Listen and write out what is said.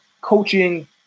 coaching